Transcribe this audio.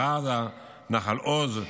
כפר עזה ונחל עוז.